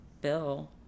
bill